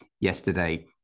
yesterday